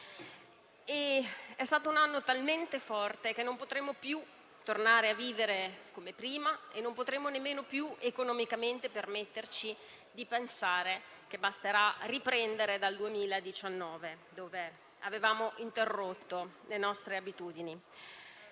È stato un anno talmente forte che non potremo più tornare a vivere come prima e non potremo nemmeno più economicamente permetterci di pensare che basterà riprendere dal 2019, da dove avevamo interrotto le nostre abitudini.